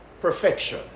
perfection